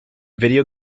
video